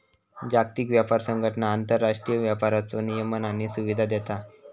जागतिक व्यापार संघटना आंतरराष्ट्रीय व्यापाराचो नियमन आणि सुविधा देता